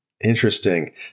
Interesting